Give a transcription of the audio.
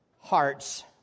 hearts